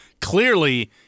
clearly